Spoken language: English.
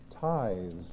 tithes